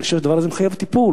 אני חושב שהדבר הזה מחייב טיפול.